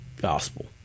gospel